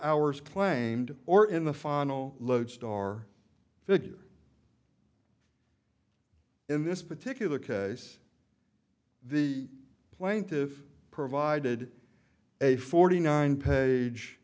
hours claimed or in the final lodestar figures in this particular case the plaintive provided a forty nine